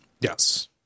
Yes